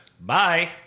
Bye